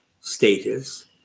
status